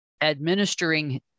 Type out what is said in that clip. administering